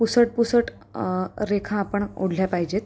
पुसट पुसट रेखा आपण ओढल्या पाहिजेत